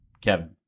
Kevin